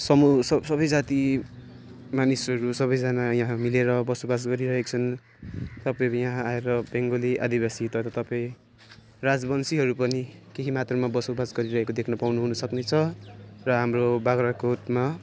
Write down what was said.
समूह सबै जाति मानिसहरू सबैजना यहाँ मिलेर बसोबास गरिरहेका छन् तपाईँहरू यहाँ आएर बेङ्गोली आदिवासी तर तपाईँ राजवंसीहरू पनि केही मात्रमा बसोबास गरिरहेको देख्नु पाउनु हुनु सक्ने छ र हाम्रो बाग्रागोटमा